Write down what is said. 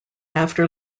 after